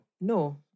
No